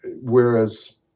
Whereas